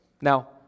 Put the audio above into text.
Now